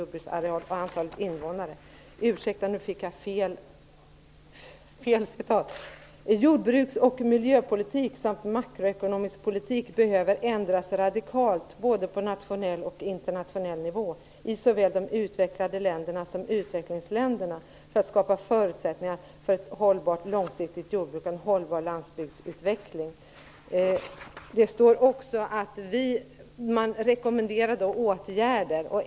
Där står det: "Jordbruks och miljöpolitik samt makroekonomisk politik behöver ändras radikalt på både nationell och internationell nivå, i såväl de utvecklade länderna som utvecklingsländerna, för att skapa förutsättningar för ett hållbart långsiktigt jordbruk och en hållbar landsbygdsutveckling ." Man rekommenderar åtgärder.